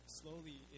slowly